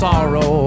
Sorrow